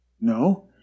No